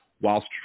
whilst